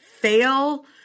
fail